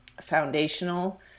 foundational